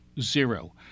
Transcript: Zero